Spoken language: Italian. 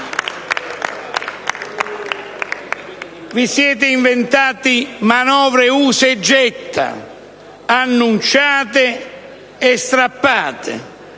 Vi siete inventati manovre usa e getta, annunciate e strappate,